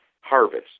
harvest